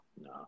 no